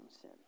sin